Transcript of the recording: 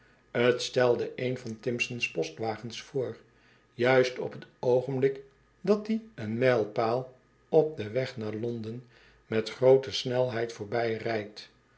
een van timpson's postwagens voor juist op t oogenblik dat die een mijlpaal op den weg naar londen met groote snelheid